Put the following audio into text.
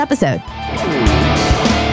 episode